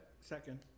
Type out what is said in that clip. Second